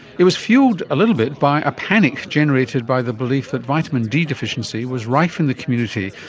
it was fuelled a little bit by a panic generated by the belief that vitamin d deficiency was rife in the community,